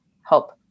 help